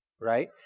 right